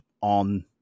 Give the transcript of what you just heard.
on